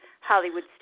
Hollywood